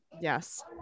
Yes